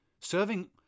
Serving